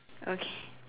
okay